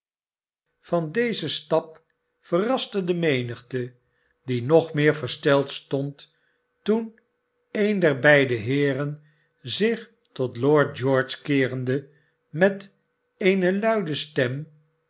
van dezen stap verraste de menigte die nog meer versteld stond toen een der beide heeren zich tot lord george keerende met eene luide stem